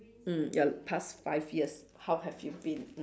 mm your past five years how have you been mm